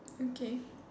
okay